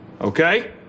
okay